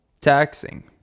Taxing